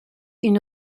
une